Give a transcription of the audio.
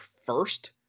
first